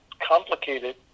complicated